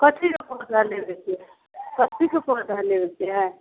कथिके पौधा लेबयके हइ कथिके पौधा लेबयके हइ